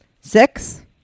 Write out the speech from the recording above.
Six